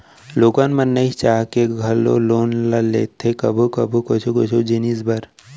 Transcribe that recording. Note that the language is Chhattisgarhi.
लोगन मन नइ चाह के घलौ लोन ल लेथे कभू कभू कुछु कुछु जिनिस बर